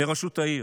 לראשות העיר,